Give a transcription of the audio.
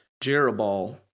Jeroboam